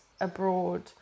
abroad